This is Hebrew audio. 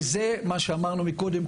וזה מה שאמרנו מקודם,